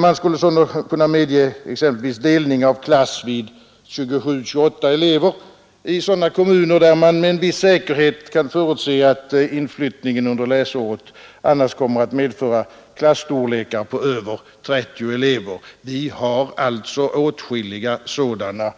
Man skulle sålunda exempelvis kunna medge delning av klass vid 27 eller 28 elever i sådana kommuner där man med någon säkerhet kan förutse att inflyttningen under läsåret annars kommer att medföra klasstorlekar på över 30 elever. Vi har åtskilliga sådana